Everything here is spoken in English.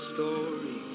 story